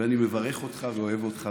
ואני מברך אותך ואוהב אותך,